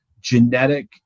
genetic